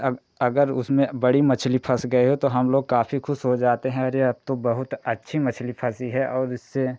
अब अगर उसमें बड़ी मछली फंस गई हो तो हम लोग काफी ख़ुश हो जाते हैं अरे अब तो बहुत अच्छी मछली फंसी है और जिससे